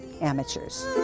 amateurs